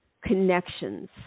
connections